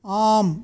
आम्